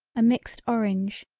a mixed orange,